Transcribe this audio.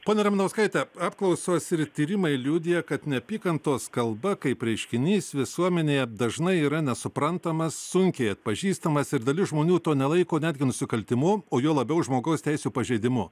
ponia ramanauskaite apklausos ir tyrimai liudija kad neapykantos kalba kaip reiškinys visuomenėje dažnai yra nesuprantamas sunkiai atpažįstamas ir dalis žmonių to nelaiko netgi nusikaltimu o juo labiau žmogaus teisių pažeidimu